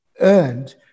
earned